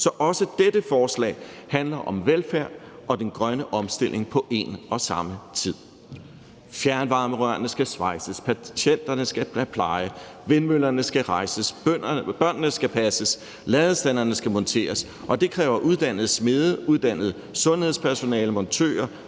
Så også dette forslag handler om velfærden og den grønne omstilling på en og samme tid. Fjernvarmerørene skal svejses, patienterne skal have pleje, vindmøllerne skal rejses, børnene skal passes, ladestanderne skal monteres, og det kræver uddannede smede, uddannet sundhedspersonale, montører,